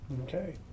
okay